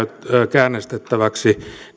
käynnistettäväksi